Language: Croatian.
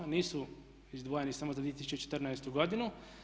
Nisu izdvojeni samo za 2014. godinu.